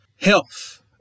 health